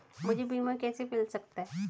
मुझे बीमा कैसे मिल सकता है?